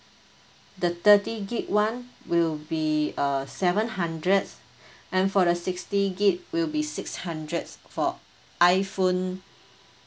the thirty gig one will be uh seven hundred and for the sixty gig will be six hundred for iphone